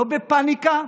לא בפניקה,